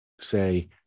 say